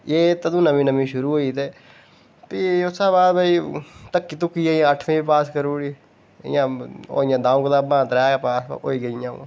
एह् तदूं नमीं नमीं शुरू होई ते प्ही उसदा बाद भाई धक्कियै अठमीं पास करी ओड़ी होइयां इं'या दं'ऊ कताबां त्रैऽ कताबां पर होई गेइयां पास